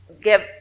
give